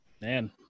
man